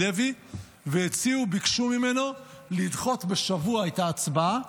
לוי וביקשו ממנו לדחות בשבוע את ההצבעה